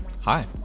Hi